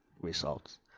results